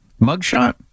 mugshot